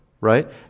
right